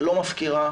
לא מפקירה